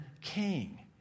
king